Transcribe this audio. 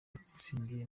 watsindiye